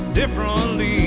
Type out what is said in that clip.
differently